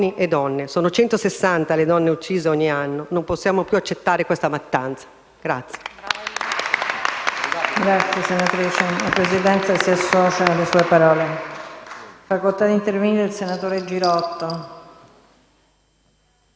e donne: sono 160 le donne uccise ogni anno; non possiamo più accettare questa mattanza.